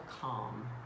Calm